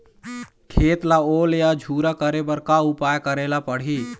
खेत ला ओल या झुरा करे बर का उपाय करेला पड़ही?